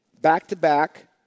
back-to-back